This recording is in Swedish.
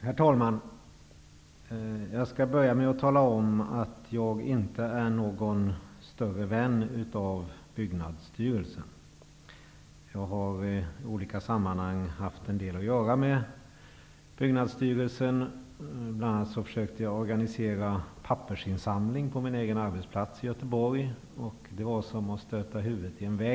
Herr talman! Jag skall börja med att tala om att jag inte är någon större vän av Byggnadsstyrelsen. Jag har i olika sammanhang haft en del att göra med Byggnadsstyrelsen. Jag försökte bl.a. organisera en pappersinsamling på min egen arbetsplats i Göteborg. Byggnadsstyrelsen hade hand om skötseln av den fastighet där vi höll till.